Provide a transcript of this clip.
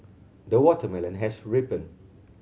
the watermelon has ripened